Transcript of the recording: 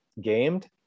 gamed